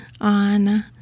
on